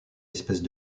espèce